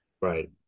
Right